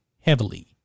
heavily